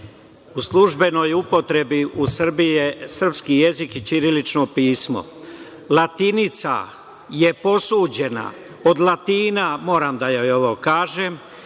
službenoj upotrebi u Srbiji je srpski jezik i ćirilično pismo. Latinica je posuđena od Latina, moram ovo da joj kažem,